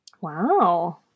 Wow